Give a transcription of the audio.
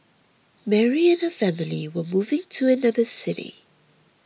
Mary and her family were moving to another city